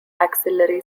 axillary